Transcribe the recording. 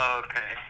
okay